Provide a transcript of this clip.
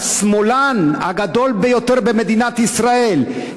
השמאלן הגדול ביותר במדינת ישראל,